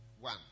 one